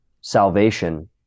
salvation